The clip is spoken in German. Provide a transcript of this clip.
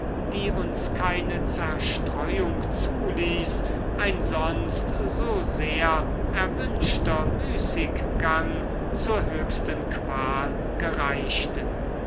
die uns keine zerstreuung zuließ ein sonst so sehr erwünschter müßiggang zur höchsten qual gereichte